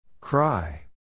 Cry